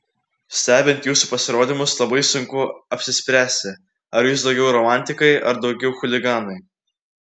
stebint jūsų pasirodymus labai sunku apsispręsti ar jūs daugiau romantikai ar daugiau chuliganai